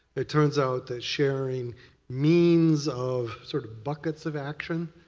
it turns out that sharing means of sort of buckets of action,